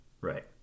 Right